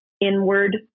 inward